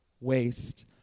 waste